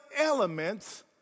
elements